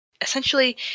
essentially